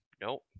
Nope